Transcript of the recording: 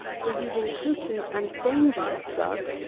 for using potent and dangerous drugs,